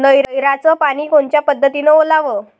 नयराचं पानी कोनच्या पद्धतीनं ओलाव?